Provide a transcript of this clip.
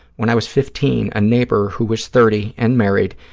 when i was fifteen, a neighbor, who was thirty and married,